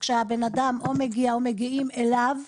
כשהבן-אדם מגיע או מגיעים אליו,